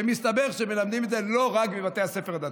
ומסתבר שמלמדים את זה לא רק בבתי הספר הדתיים.